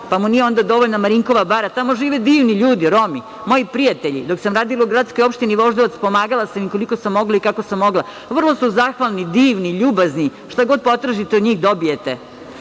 pa mu onda nije dovoljna Marinkova bara. Tamo žive divni ljudi, Romi, moji prijatelji. Dok sam radila u Gradskoj opštini Voždovac pomagala sam ih koliko sam mogla i kako sam mogla. Vrlo su zahvalni, divni, ljubazni, šta god potražite od njih dobijete.